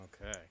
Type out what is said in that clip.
Okay